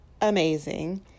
amazing